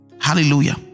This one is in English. Hallelujah